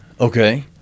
Okay